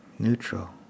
neutral